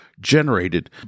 generated